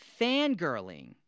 fangirling